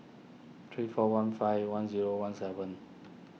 three four one five one zero one seven